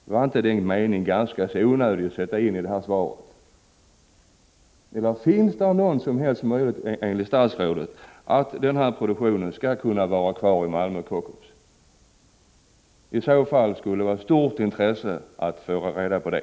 Eller finns där enligt statsrådet någon som helst möjlighet att den här produktionen skall kunna vara kvar vid Kockums i Malmö? I så fall skulle det vara av stort intresse att få reda på det.